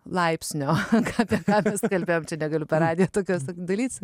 laipsnio aha mes nekalbėjome čia negaliu per radiją tokias tai daryti